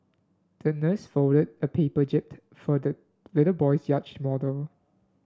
the nurse folded a paper jib for the little boy's yacht model